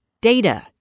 Data